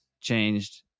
changed